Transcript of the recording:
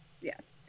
Yes